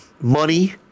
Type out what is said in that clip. money